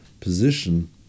position